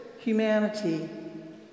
Humanity